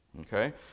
Okay